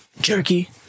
jerky